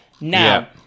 Now